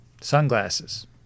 Sunglasses